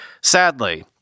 Sadly